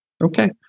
Okay